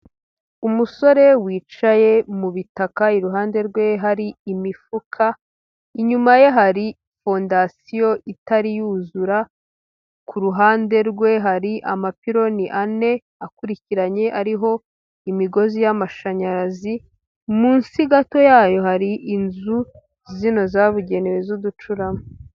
Umusore wicaye mutaka, iruhande rwe hari imifuka, inyuma ye hari fondasiyo itari yuzura, ku ruhande rwe hari amapironi ane akurikiranye ariho imigozi y'amashanyarazi, munsi gato yayo hari inzu zino zabugenewe z'uducurama.